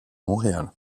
montréal